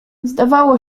zdawało